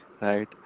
right